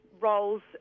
roles